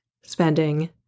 spending